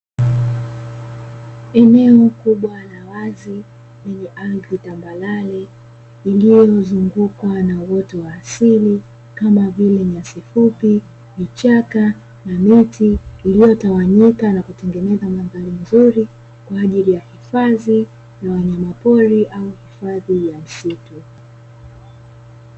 Eneo kubwa la waz lenye ardhi tambalale iliyozungukwa na uoto wa asili kama vile; nyasi fupi, vichaka na miti iliyotawanyika na kutengeneza mandhari nzuri kwa ajili ya hifadhi ya wanyama pori au hifadhi ya msitu.